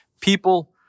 people